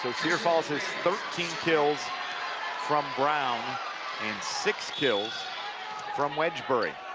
cedar falls is thirteen kills from brown. and six kills from wedgbury.